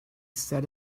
set